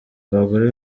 abagore